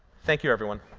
thank you, everyone.